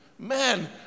Man